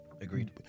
agreed